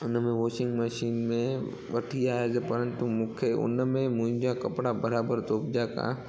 हुन में washing machine में वठी आयुसि परंतु मूंखे हुन में मुंहिंजा कपिड़ा बराबरि धोपिजी विया की